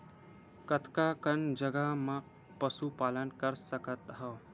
कतका कन जगह म पशु पालन कर सकत हव?